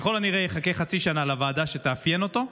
ככל הנראה יחכה חצי שנה לוועדה שתאפיין אותו.